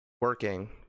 working